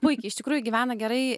puikiai iš tikrųjų gyvena gerai